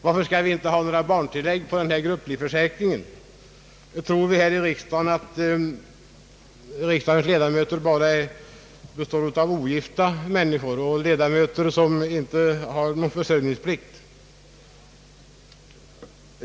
Varför skall inte vi ha barntillägg på denna grupplivförsäkring? Tror vi här i riksdagen att riksdagens ledamöter bara består av ogifta människor och ledamöter som inte har någon försörjningsplikt?